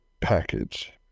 package